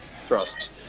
thrust